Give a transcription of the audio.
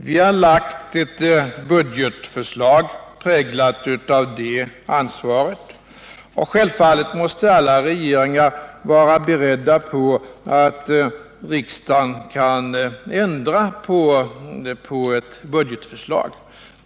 Vi har lagt fram ett budgetförslag präglat av det ansvaret, och självfallet måste alla regeringar vara beredda på att riksdagen kan ändra ett budgetförslag.